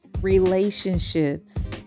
relationships